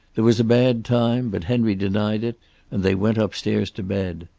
there was a bad time, but henry denied it and they went upstairs to bed.